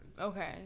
Okay